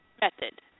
method